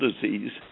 disease